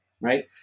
right